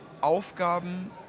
Aufgaben